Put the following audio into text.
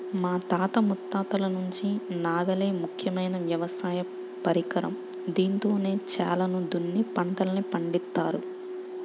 మా తాత ముత్తాతల నుంచి నాగలే ముఖ్యమైన వ్యవసాయ పరికరం, దీంతోనే చేలను దున్ని పంటల్ని పండిత్తారు